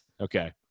Okay